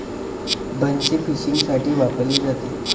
बन्सी फिशिंगसाठी वापरली जाते